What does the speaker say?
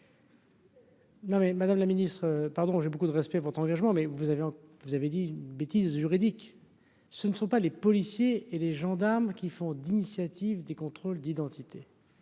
Non, la Ministre, pardon, j'ai beaucoup de respect pour votre engagement, mais vous avez, vous avez dit une bêtise juridique, ce ne sont pas les policiers et les gendarmes qui font d'initiative des contrôles d'identité.